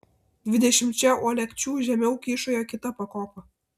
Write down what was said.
dvidešimčia uolekčių žemiau kyšojo kita pakopa